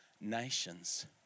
nations